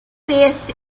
beth